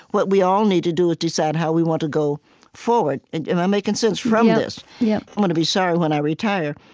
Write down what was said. what we all need to do is decide how we want to go forward am i making sense? from this yeah i'm going to be sorry when i retire,